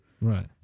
Right